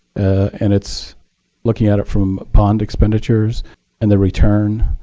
and it's looking at it from bond expenditures and the return,